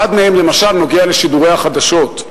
אחד מהם, למשל, נוגע לשידורי החדשות.